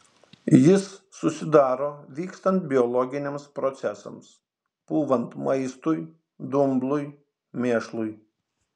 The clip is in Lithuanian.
jis susidaro vykstant biologiniams procesams pūvant maistui dumblui mėšlui